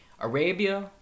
Arabia